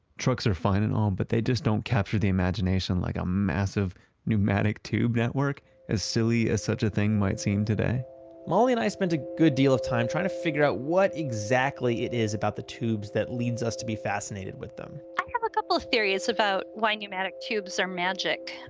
trucks are fine and all but they just don't capture the imagination like a massive pneumatic tube network as silly as such a thing might seem today molly and i spent a good deal of time trying to figure out what exactly it is about the tubes that leads us to be fascinated with them i have a couple of theories about why pneumatic tubes are magic.